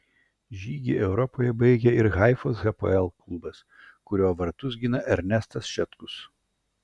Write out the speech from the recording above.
žygį europoje baigė ir haifos hapoel klubas kurio vartus gina ernestas šetkus